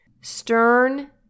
Stern